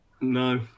No